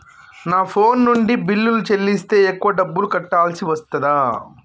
నా ఫోన్ నుండి బిల్లులు చెల్లిస్తే ఎక్కువ డబ్బులు కట్టాల్సి వస్తదా?